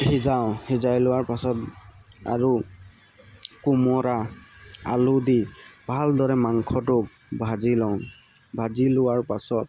সিজাওঁ সিজাই লোৱাৰ পাছত আৰু কোমোৰা আলু দি ভালদৰে মাংসটো ভাজি লওঁ ভাজি লোৱাৰ পাছত